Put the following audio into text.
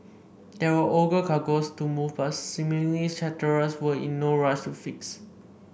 there were ore cargoes to move but seemingly charterers were in no rush to fix